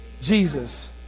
Jesus